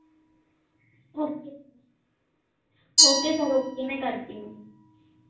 okay sir okay sir okay मैं करती हूँ